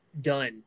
done